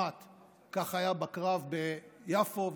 כך היה בקרב ביפו,